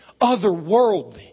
otherworldly